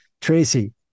Tracy